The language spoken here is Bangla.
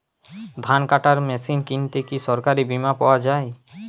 ধান কাটার মেশিন কিনতে কি সরকারী বিমা পাওয়া যায়?